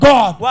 God